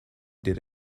did